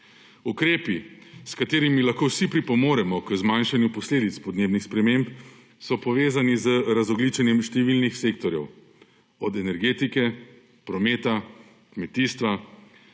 Ukrepi, s katerimi lahko vsi pripomoremo k zmanjšanju posledic podnebnih sprememb, so povezani z razogljičenjem številnih sektorjev – energetike, prometa, kmetijstva